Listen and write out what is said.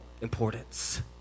importance